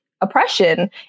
oppression